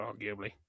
arguably